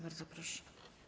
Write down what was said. Bardzo proszę.